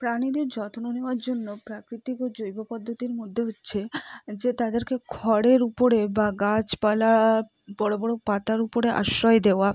প্রাণীদের যত্ন নেওয়ার জন্য প্রাকৃতিক ও জৈব পদ্ধতির মধ্যে হচ্ছে যে তাদেরকে খড়ের উপরে বা গাছপালা বড় বড় পাতার উপরে আশ্রয় দেওয়া